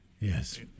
yes